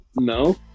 no